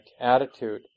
attitude